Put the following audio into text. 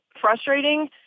frustrating